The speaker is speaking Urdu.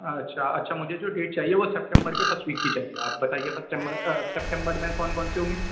اچھا اچھا مجھے جو ڈیٹ چاہیے وہ سیپٹمبر کے فرسٹ ویک کی چاہیے آپ بتایئے سیپٹمبر میں سیپٹمبر میں کون کون سے ہوں گے